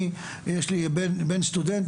אני יש לי בן סטודנט.